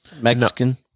Mexican